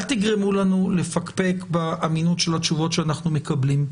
אל תגרמו לנו לפקפק באמינות של התשובות שאנחנו מקבלים.